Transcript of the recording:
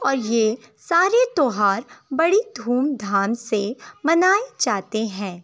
اور یہ سارے تیوہار بڑی دھوم دھام سے منائے جاتے ہیں